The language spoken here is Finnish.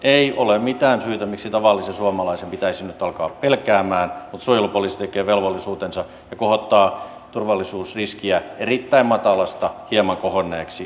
ei ole mitään syytä miksi tavallisen suomalaisen pitäisi nyt alkaa pelkäämään mutta suojelupoliisi tekee velvollisuutensa ja kohottaa turvallisuusriskiä erittäin matalasta hieman kohonneeksi